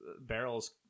barrels